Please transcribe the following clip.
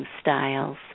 styles